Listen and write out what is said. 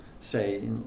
say